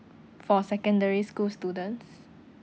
for secondary school students